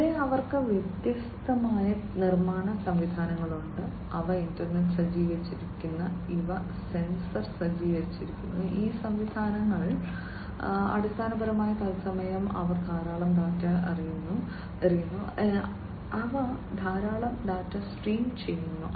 ഇവിടെ അവർക്ക് വ്യത്യസ്ത നിർമ്മാണ സംവിധാനങ്ങളുണ്ട് അവ ഇന്റർനെറ്റ് സജ്ജീകരിച്ചിരിക്കുന്നു ഇവ സെൻസർ സജ്ജീകരിച്ചിരിക്കുന്നു ഈ സംവിധാനങ്ങൾ അടിസ്ഥാനപരമായി തത്സമയം അവർ ധാരാളം ഡാറ്റ എറിയുന്നു അവ ധാരാളം ഡാറ്റ സ്ട്രീം ചെയ്യുന്നു